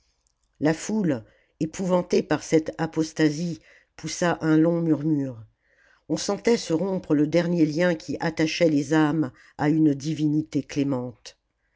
la foule épouvantée par cette apostasie poussa un long murmure on sentait se rompre le dernier lien qui attachait les âmes à une divinité